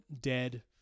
dead